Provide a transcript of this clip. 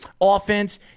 offense